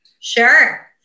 Sure